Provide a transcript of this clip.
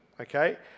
okay